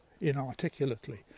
inarticulately